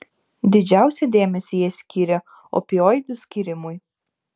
didžiausią dėmesį jie skyrė opioidų skyrimui